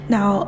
Now